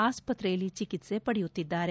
ಆಸ್ಪತ್ರೆಯಲ್ಲಿ ಚಿಕಿತ್ಸೆ ಪಡೆಯುತ್ತಿದ್ದಾರೆ